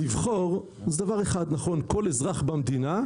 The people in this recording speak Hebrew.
לבחור זה דבר אחד שיכול כול אזרח במדינה.